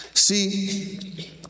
See